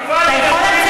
עוסקת?